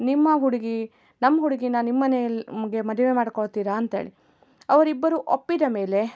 ನಿಮ್ಮ ಹುಡುಗಿ ನಮ್ಮ ಹುಡುಗಿನ ನಿಮ್ಮನೆಯಲ್ಲಿ ನಮಗೆ ಮದುವೆ ಮಾಡ್ಕೊಳ್ತೀರಾ ಅಂಥೇಳಿ ಅವರಿಬ್ಬರು ಒಪ್ಪಿದ ಮೇಲೆ